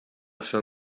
fin